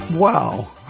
Wow